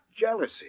Jealousy